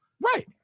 Right